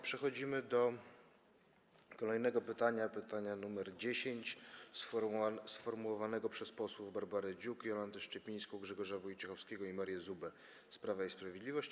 Przechodzimy do kolejnego pytania - pytania nr 10 - sformułowanego przez posłów Barbarę Dziuk, Jolantę Szczypińską, Grzegorza Wojciechowskiego i Marię Zubę z Prawa i Sprawiedliwości.